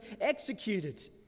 executed